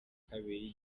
kabiri